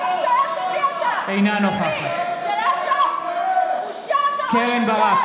אינה נוכחת קרן ברק,